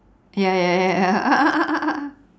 ya ya ya ya